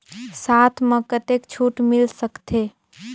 साथ म कतेक छूट मिल सकथे?